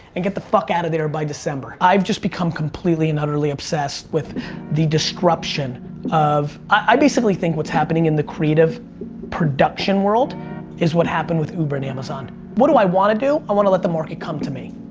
and get the fuck out of there by december. i've just become completely and utterly obsessed with the destruction of i basically think what's happening in the creed of production world is what happened with uber and amazon. what do i want to do? i want to let the market come to me.